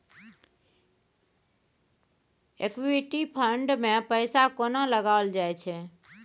Equity fund मे पैसा कोना लगाओल जाय छै?